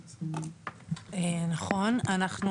נכון, אנחנו